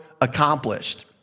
accomplished